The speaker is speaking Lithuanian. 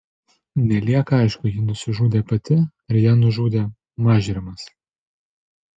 nelieka aišku ji nusižudė pati ar ją nužudė mažrimas